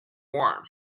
warm